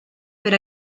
per